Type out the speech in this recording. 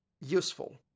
useful